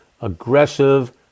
aggressive